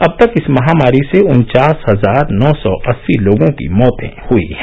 अब तक इस महामारी से उन्वास हजार नौ सौ अस्सी लोगों की मौते हई है